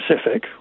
specific